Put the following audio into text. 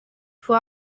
for